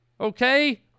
Okay